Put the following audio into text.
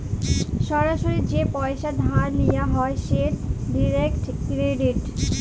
সরাসরি যে পইসা ধার লিয়া হ্যয় সেট ডিরেক্ট ক্রেডিট